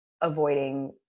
avoiding